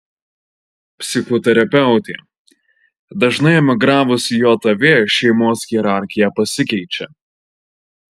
psichoterapeutė dažnai emigravus į jav šeimos hierarchija pasikeičia